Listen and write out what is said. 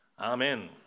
Amen